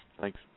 Thanks